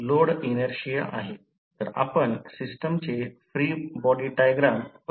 तर या सर्व अडचणी थेट सुटू शकतात जसे सिंगल फेज सर्किट मध्ये आहे